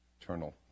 internal